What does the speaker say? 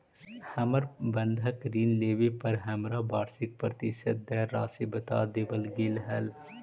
हमर बंधक ऋण लेवे पर हमरा वार्षिक प्रतिशत दर राशी बता देवल गेल हल